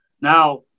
Now